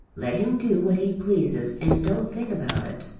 let him do what he pleases and don't think about it.